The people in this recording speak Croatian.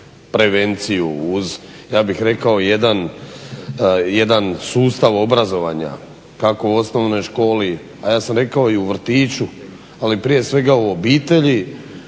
prevenciju, uz ja bih rekao jedan sustav obrazovanja kako u osnovnoj školi, a ja sam rekao i u vrtiću, ali prije svega u obitelji,